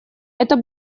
это